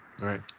Right